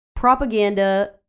Propaganda